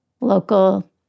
local